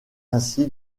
ainsi